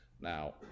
now